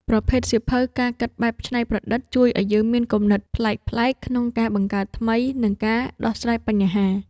ប្រភេទសៀវភៅការគិតបែបច្នៃប្រឌិត ជួយឱ្យយើងមានគំនិតប្លែកៗក្នុងការបង្កើតថ្មី និងការដោះស្រាយបញ្ហា។